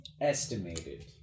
estimated